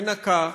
מנקה,